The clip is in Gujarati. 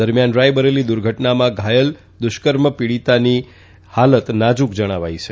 દરમિયાન રાબરેલી દુર્ધટનામાં ઘાયલ દુષ્કર્મ પીડિતાની હાલત નાજુક જણાવાઈ છે